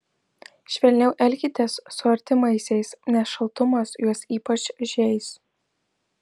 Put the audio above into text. švelniau elkitės su artimaisiais nes šaltumas juos ypač žeis